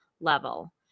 level